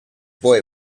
boy